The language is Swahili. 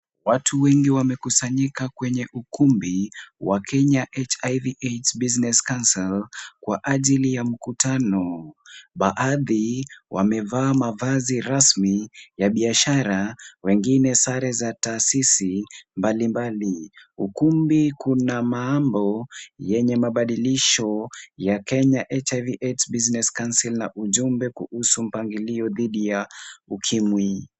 Watu wengi wamekusanyika kwenye ukumbi wa Kenya HIV/AIDS Business Counsel kwa ajili ya mkutano. Baadhi wamevaa mavazi rasmi ya biashara wengine sare za taasisi mbali mbali. Ukumbi kuna mambo yenye mabadilisho ya Kenya HIV/AIDS Business Counsel na ujumbe kuhusu mpangilio dhidi ya ukimwi.